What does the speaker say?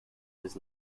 this